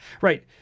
Right